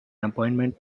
appointment